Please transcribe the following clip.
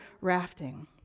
rafting